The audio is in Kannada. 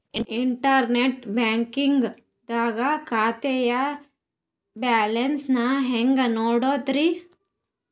ಇಂಟರ್ನೆಟ್ ಬ್ಯಾಂಕಿಂಗ್ ದಾಗ ಖಾತೆಯ ಬ್ಯಾಲೆನ್ಸ್ ನ ಹೆಂಗ್ ನೋಡುದ್ರಿ?